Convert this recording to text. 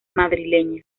madrileña